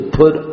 put